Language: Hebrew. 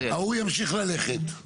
ההוא ימשיך ללכת.